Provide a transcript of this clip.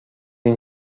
این